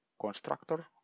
constructor